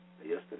Yesterday